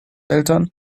eltern